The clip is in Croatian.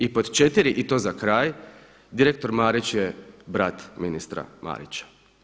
I pod 4. i to za kraj direktor Marić je brat ministra Marića.